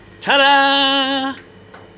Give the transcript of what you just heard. Ta-da